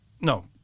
No